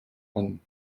bonn